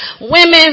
Women